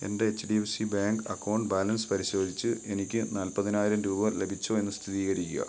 എൻ്റെ H D F C bank account balance പരിശോധിച്ച് എനിക്ക് നാൽപ്പതിനായിരം രൂപ ലഭിച്ചോ എന്ന് സ്ഥിരീകരിക്കുക